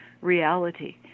reality